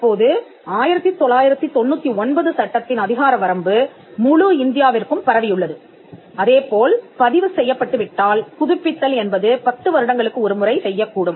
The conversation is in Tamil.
தற்போது 1999 சட்டத்தின் அதிகார வரம்பு முழு இந்தியாவிற்கும் பரவியுள்ளது அதேபோல் பதிவு செய்யப்பட்டுவிட்டால் புதுப்பித்தல் என்பது பத்து வருடங்களுக்கு ஒரு முறை செய்யக்கூடும்